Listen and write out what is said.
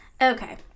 okay